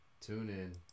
TuneIn